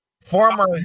Former